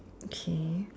okay